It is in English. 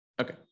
Okay